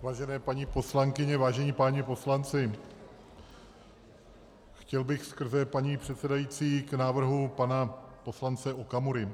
Vážené paní poslankyně, vážení páni poslanci, chtěl bych skrze paní předsedající k návrhu pana poslance Okamury.